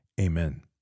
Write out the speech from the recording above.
Amen